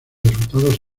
resultados